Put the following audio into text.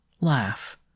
laugh